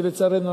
לצערנו,